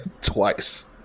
twice